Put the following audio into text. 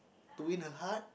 to win a heart